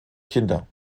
kinder